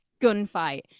gunfight